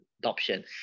adoption